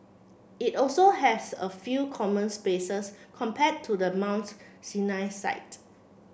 it also have a fewer common spaces compared to the Mounts Sinai site